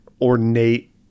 ornate